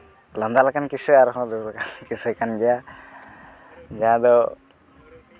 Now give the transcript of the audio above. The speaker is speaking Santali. ᱞᱟᱸᱫᱟ ᱞᱮᱠᱟ ᱠᱮᱥ ᱦᱚᱸ ᱟᱨᱦᱚᱸ ᱠᱮᱥᱮ ᱠᱟᱱ ᱜᱮᱭᱟ ᱡᱟᱦᱟᱸ ᱫᱚ